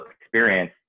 experience